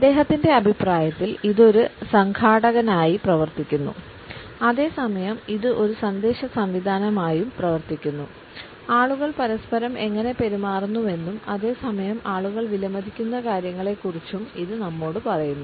അദ്ദേഹത്തിന്റെ അഭിപ്രായത്തിൽ ഇത് ഒരു സംഘാടകനായി പ്രവർത്തിക്കുന്നു അതേ സമയം ഇത് ഒരു സന്ദേശ സംവിധാനമായും പ്രവർത്തിക്കുന്നു ആളുകൾ പരസ്പരം എങ്ങനെ പെരുമാറുന്നുവെന്നും അതേ സമയം ആളുകൾ വിലമതിക്കുന്ന കാര്യങ്ങളെക്കുറിച്ചും ഇത് നമ്മോട് പറയുന്നു